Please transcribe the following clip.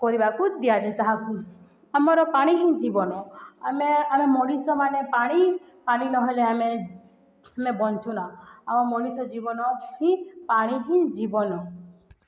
କରିବାକୁ ଦିଆ ନିି ତାହାକୁ ଆମର ପାଣି ହିଁ ଜୀବନ ଆମେ ଆମେ ମଣିଷମାନେ ପାଣି ପାଣି ନହେଲେ ଆମେ ଆମେ ବଞ୍ଚୁନା ଆମ ମଣିଷ ଜୀବନ ହିଁ ପାଣି ହିଁ ଜୀବନ